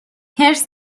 حرص